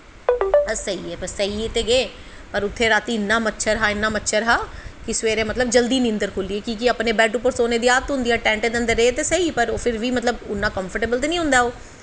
अस सेई गे सेई ते गे पर उत्थै रातीं इन्ना मच्छर हा इन्ना मच्छर हा कि सवेरै मतलब जल्दी नींदर खुल्ली गेई कि केह् अपने बैड पर सौने दी आदत होंदी ऐ टैंट च गे ते सेई पर फिर बी मतलब उन्ना कंफ्टेवल ते निं होंदा ओह्